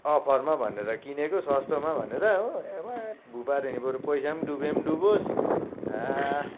अफरमा भनेर किनेको सस्तोमा भनेर हो ए बा भुपार्यो बरू पैसा पनि डुबे पनि डुबोस् ह्या